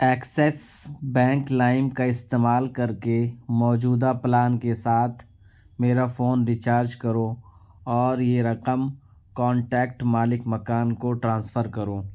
Axis Bank Lime کا استعمال کر کے موجودہ پلان کے ساتھ میرا فون ریچارج کرو اور یہ رقم کانٹیکٹ مالک مکان کو ٹرانسفر کرو